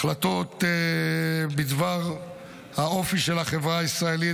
החלטות בדבר האופי של החברה הישראלית,